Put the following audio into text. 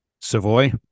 Savoy